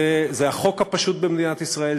זה החוק הפשוט במדינת ישראל.